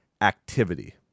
activity